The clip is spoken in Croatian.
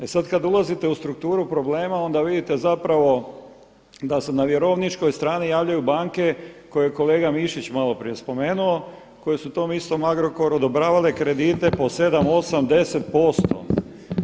E sad kad ulazite u strukturu problema, onda vidite zapravo da se na vjerovničkoj strani javljaju banke koje je kolega Mišić malo prije spomenuo koje su tom istom Agrokoru odobravale kredite po 7, 8, 10%